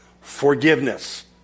Forgiveness